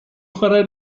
chwarae